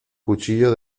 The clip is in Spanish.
cuchillo